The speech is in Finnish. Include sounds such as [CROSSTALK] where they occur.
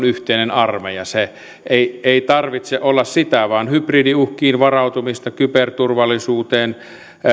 [UNINTELLIGIBLE] yhteinen armeija sen ei tarvitse olla sitä vaan hybridiuhkiin varautumista kyberturvallisuuteen